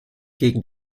gegen